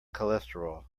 cholesterol